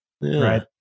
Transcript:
Right